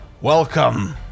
Welcome